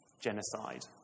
Genocide